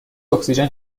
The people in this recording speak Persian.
اکسیژن